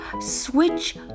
switch